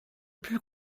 plus